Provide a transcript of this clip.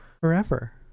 forever